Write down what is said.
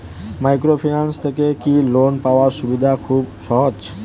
Microfinance থেকে কি loan পাওয়ার সুবিধা খুব সহজ?